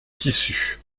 tissu